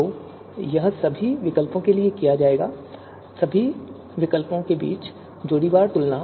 तो यह सभी विकल्पों के लिए किया जाएगा सभी विकल्पों के बीच जोड़ीवार तुलना